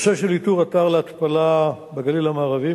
הנושא של איתור אתר להתפלה בגליל המערבי